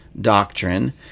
doctrine